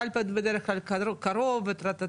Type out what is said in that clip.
הקלפי בדרך כלל קרוב וכו'.